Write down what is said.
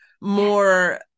more